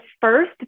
first